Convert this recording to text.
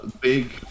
big